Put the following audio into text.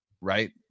right